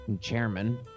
chairman